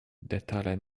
detale